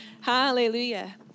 Hallelujah